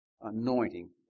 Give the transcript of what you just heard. anointing